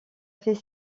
fait